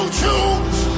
choose